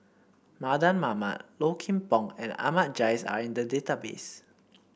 Mardan Mamat Low Kim Pong and Ahmad Jais are in the database